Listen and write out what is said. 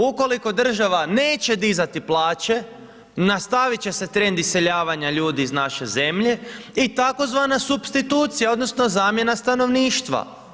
Ukoliko država neće dizati plaće, nastaviti će se trend iseljavanja ljudi iz naše zemlje i tzv. supstituacija, odnosno zamjena stanovništva.